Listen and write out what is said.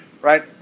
right